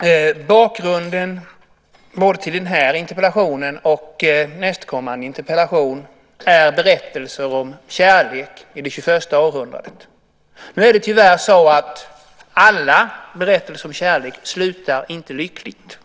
Herr talman! Bakgrunden till både den här interpellationen och nästkommande interpellation är berättelser om kärlek i det 21:a århundradet. Det är tyvärr så att alla berättelser om kärlek inte slutar lyckligt.